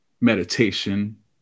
meditation